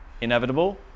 inevitable